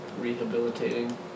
rehabilitating